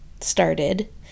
started